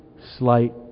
slight